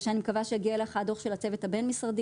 שאני מקווה שהגיע אליך הדוח של הצוות הבין-משרדי